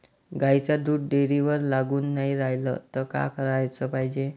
गाईचं दूध डेअरीवर लागून नाई रायलं त का कराच पायजे?